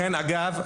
לכן אגב,